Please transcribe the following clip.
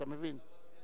אתה מבין.